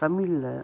தமிழ்ல